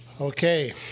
Okay